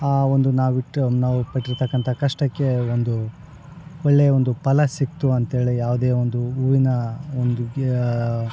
ಆ ಒಂದು ನಾವು ಇಟ್ಟ ನಾವು ಪಟ್ಟಿರ್ತಕ್ಕಂಥ ಕಷ್ಟಕ್ಕೆ ಒಂದು ಒಳ್ಳೆಯ ಒಂದು ಫಲ ಸಿಕ್ತು ಅಂತ್ಹೇಳಿ ಯಾವುದೇ ಒಂದು ಹೂವಿನ ಒಂದು ಗೇ